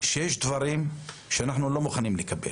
שיש דברים שאנחנו לא מוכנים לקבל.